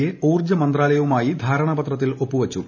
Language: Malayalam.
എ ഊർജ്ജമന്ത്രാലയവുമായി ധാരണാപത്രത്തിൽ ഒപ്പുവച്ചു